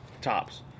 tops